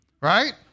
Right